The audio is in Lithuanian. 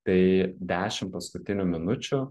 tai dešim paskutinių minučių